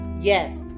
Yes